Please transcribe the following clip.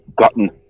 gotten